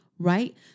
right